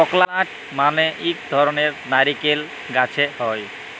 ককলাট মালে ইক ধরলের লাইরকেল গাহাচে হ্যয়